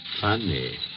Funny